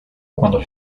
cuando